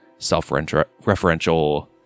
self-referential